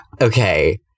Okay